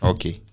Okay